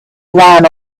ran